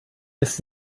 ist